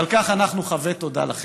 ועל כך אנחנו חבים תודה לכם.